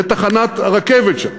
לתחנת הרכבת שם